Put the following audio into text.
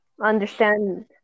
understand